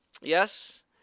yes